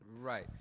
Right